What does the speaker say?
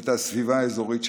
ואת הסביבה האזורית שלנו.